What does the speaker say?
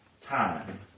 time